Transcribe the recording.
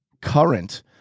current